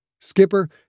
Skipper